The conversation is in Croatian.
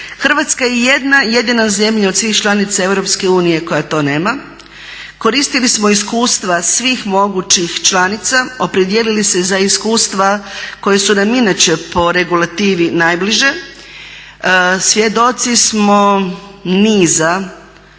Hrvatska je jedna jedina zemlja od svih članica Europske unije koja to nema. Koristili smo iskustva svih mogućih članica, opredijelili se za iskustva koja su nam inače po regulativi najbliže. Svjedoci smo niza